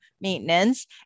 maintenance